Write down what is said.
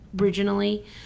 originally